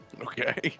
Okay